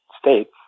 states